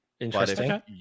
Interesting